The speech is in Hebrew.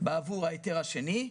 בעבור ההיתר השני.